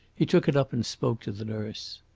he took it up and spoke to the nurse.